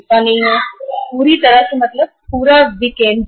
मतलब पूरी तरह से विकेंद्रीकरण है